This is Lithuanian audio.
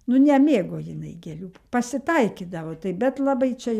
nu nemėgo jinai gėlių pasitaikydavo tai bet labai čia